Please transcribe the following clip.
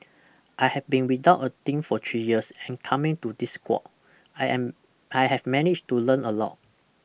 I have been without a team for three years and coming to this squad I am I have managed to learn a lot